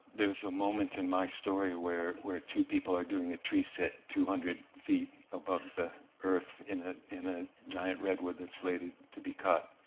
there's a moment in my story where where two people are doing a tree-sit two hundred feet above the earth, in ah in a giant redwood that's slated to be cut.